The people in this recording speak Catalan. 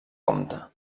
compta